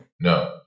No